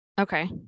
okay